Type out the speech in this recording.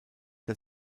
der